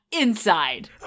inside